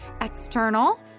external